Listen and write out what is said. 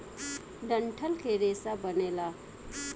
डंठल के रेसा बनेला